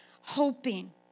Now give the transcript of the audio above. hoping